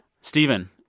Stephen